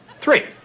Three